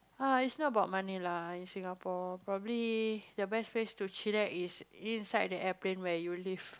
ah it's not about money lah in Singapore probably the best place to chillax is inside the airplane where you live